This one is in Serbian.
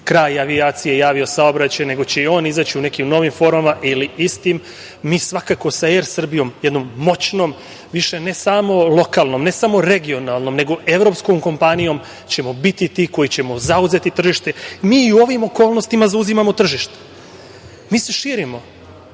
kraj avijacije i avio-saobraćaja, nego će i on izaći u nekim novim formama ili istim. Mi svakako sa „Er Srbijom“, jednom moćnom, više ne samo lokalnom, ne samo regionalnom, nego evropskom kompanijom, ćemo biti ti koji ćemo zauzeti tržište. Mi i u ovim okolnostima zauzimamo tržište. Mi se širimo.